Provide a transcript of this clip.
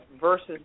versus